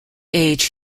age